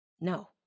No